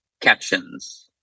captions